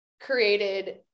created